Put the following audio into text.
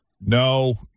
No